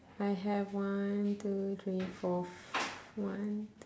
I have one two three four f~ one